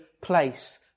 place